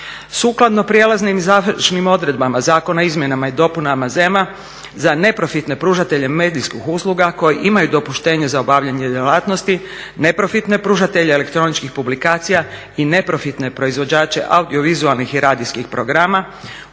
Sukladno prijelaznim i završnim odredbama Zakona o izmjenama i dopunama ZEM-a za neprofitne pružatelje medijskih usluga koji imaju dopuštenje za obavljanje djelatnosti neprofitne pružatelje elektroničkih publikacija i neprofitne proizvođače audiovizualnih i radijskih programa